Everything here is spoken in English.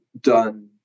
done